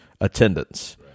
Attendance